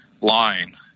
line